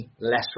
less